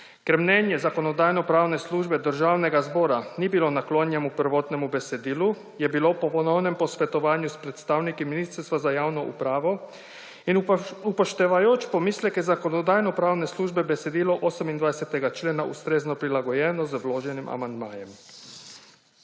Ker mnenje Zakonodajno-pravne službe Državnega zbora ni bilo naklonjeno prvotnemu besedilu, je bilo po ponovnem posvetovanju s predstavniki Ministrstva za javno upravo in upoštevajoč pomisleke Zakonodajno-pravne službe besedilo 28. člena ustrezno prilagojeno z vloženim amandmajem.